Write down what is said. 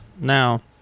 Now